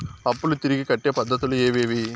అప్పులు తిరిగి కట్టే పద్ధతులు ఏవేవి